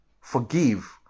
forgive